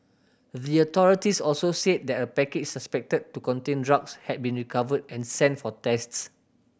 the authorities also said that a package suspected to contain drugs had been recovered and sent for tests